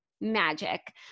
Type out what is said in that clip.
Magic